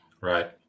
Right